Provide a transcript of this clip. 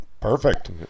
Perfect